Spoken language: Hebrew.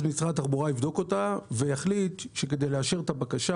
משרד התחבורה יבדוק אותה ויחליט שכדי לאשר את הבקשה,